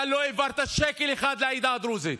אתה לא העברת שקל אחד לעדה הדרוזית.